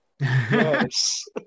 Yes